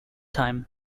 time